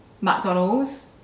McDonald's